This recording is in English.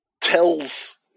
tells